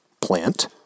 plant